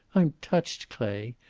i'm touched, clay.